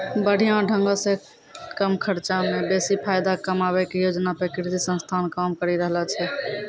बढ़िया ढंगो से कम खर्चा मे बेसी फायदा कमाबै के योजना पे कृषि संस्थान काम करि रहलो छै